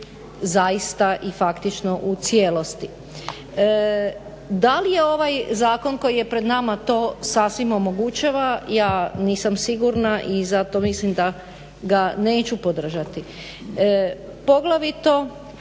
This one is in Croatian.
zaista i faktično u cijelosti. Da li ovaj zakon koji je pred nama to sasvim omogućava? Ja nisam sigurna i zato mislim da ga neću podržati. Poglavito